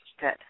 Good